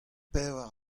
pevar